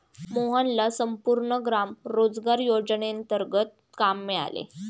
मोहनला संपूर्ण ग्राम रोजगार योजनेंतर्गत काम मिळाले